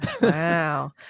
wow